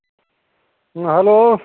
ꯎꯝ hello